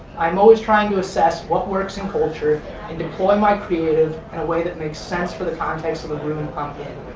i'm always trying to assess what works in culture and deploy my creative in a way that make sense for the context of the rumin pumpkin.